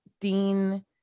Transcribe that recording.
dean